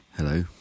Hello